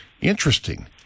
Interesting